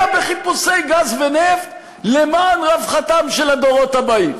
בחיפושי גז ונפט למען רווחתם של הדורות הבאים?